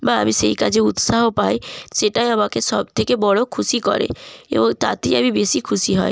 বা আমি সেই কাজে উৎসাহ পাই সেটাই আমাকে সব থেকে বড়ো খুশি করে এবং তাতেই আমি বেশি খুশি হই